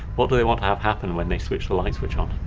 what do they want to have happen when they switch the light-switch on?